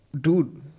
dude